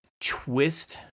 twist